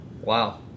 Wow